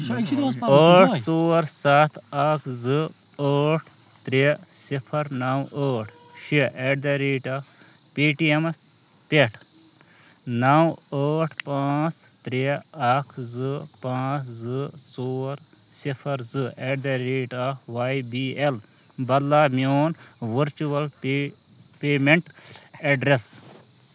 ٲٹھ ژور سَتھ اکھ زٕ ٲٹھ ترٛےٚ صِفر نو ٲٹھ شےٚ at the rate of Paytm پٮ۪ٹھ نو ٲٹھ پانٛژھ ترٛےٚ اکھ زٕ پانٛژھ زٕ ژور صِفر زٕ at the rate of Y B L بدلاو میون ؤرچُوَل پے پیمنٹ اٮ۪ڈرس